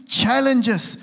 challenges